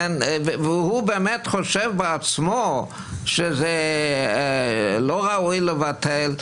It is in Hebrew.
והוא באמת חושב בעצמו שזה לא ראוי לבטל,